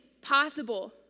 possible